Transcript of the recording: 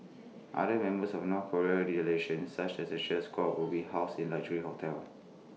other members of the north Korean delegation such as the cheer squad will be housed in luxury hotels